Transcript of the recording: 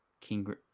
King